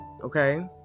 okay